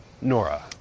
Nora